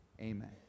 Amen